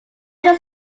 just